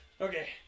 Okay